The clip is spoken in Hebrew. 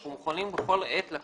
אנחנו מוכנים בכל עת לקיים את הדיון.